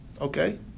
Okay